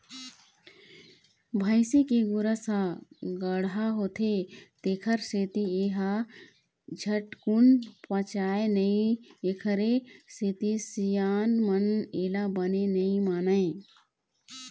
भइसी के गोरस ह गाड़हा होथे तेखर सेती ए ह झटकून पचय नई एखरे सेती सियान मन एला बने नइ मानय